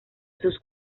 sus